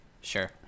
sure